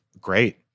Great